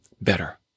better